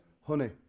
honey